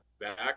back